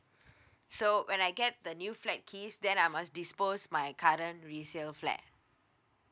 so when I get the new flat keys then I uh dispose my current resale flat